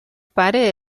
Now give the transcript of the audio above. pare